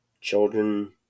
children